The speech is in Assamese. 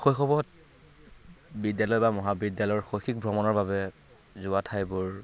শৈশৱত বিদ্যালয় বা মহাবিদ্যালয়ৰ শৈশিক ভ্ৰমণৰ বাবে যোৱা ঠাইবোৰ